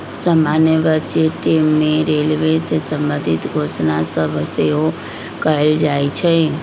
समान्य बजटे में रेलवे से संबंधित घोषणा सभ सेहो कएल जाइ छइ